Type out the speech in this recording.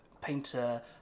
painter